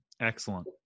Excellent